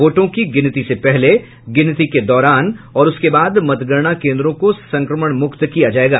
वोटों की गिनती से पहले गिनती के दौरान और उसके बाद मतगणना कोन्द्रों को संक्रमण मुक्त किया जाएगा